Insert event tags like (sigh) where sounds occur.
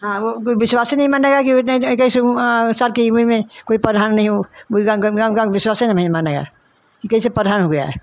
हाँ वो कोई विश्वास ही नहीं मानेगा (unintelligible) के उमिर में कोई प्रधान नहीं गाँव गाँव विश्वास ही नहीं मानेगा ये कइसे प्रधान हो गया है